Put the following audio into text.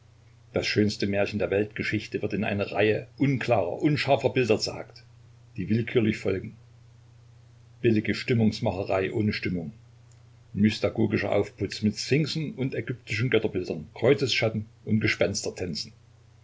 das schönste märchen der weltgeschichte wird in reihe unklarer unscharfer bilder zerhackt die willkürlich folgen billige stimmungsmacherei ohne stimmung mystagogischer aufputz mit sphinxen und ägyptischen götterbildern kreuzesschatten und